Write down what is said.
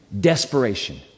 Desperation